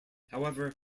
however